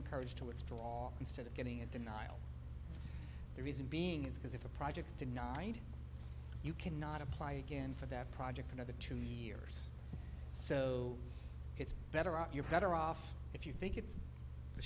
encouraged to withdraw instead of getting a denial the reason being is because if a project did not mind you cannot apply again for that project for another two years so it's better out you're better off if you think it's the